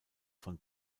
von